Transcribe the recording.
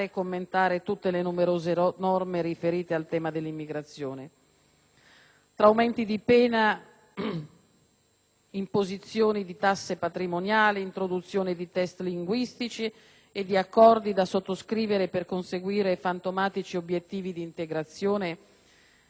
Tra aumenti di pena, imposizioni di tasse patrimoniali, introduzione di test linguistici e di accordi da sottoscrivere per conseguire fantomatici obiettivi di integrazione, l'immagine complessiva è di un Paese che rifiuta l'accoglienza,